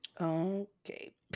Okay